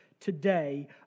Today